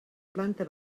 planta